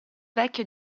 vecchio